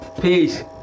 Peace